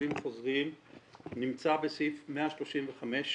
לתושבים חוזרים נמצא בסעיף 135/ב?